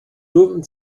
durften